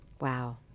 wow